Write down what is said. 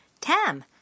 Tam